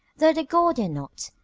though the gordian knot,